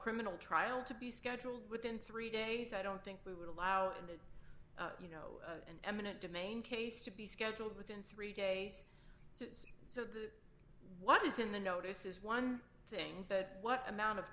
criminal trial to be scheduled within three days i don't think we would allow that you know eminent domain case to be scheduled within three day so the what is in the notice is one thing but what amount of